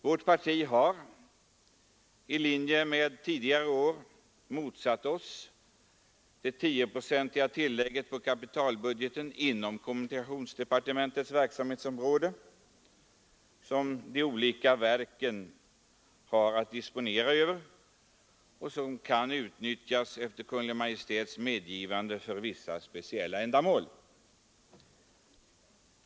Vi har i vårt parti, i linje med tidigare års handlande, motsatt oss det tioprocentiga tillägget på kapitalbudgeten inom kommunikationsdepartementets verksamhetsområde, som de olika verken har att disponera och som kan utnyttjas, efter Kungl. Maj:ts medgivande, för vissa speciella ändamål.